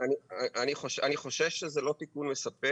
אני חושש שזה לא תיקון מספק.